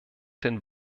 den